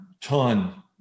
ton